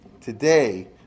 today